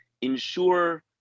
ensure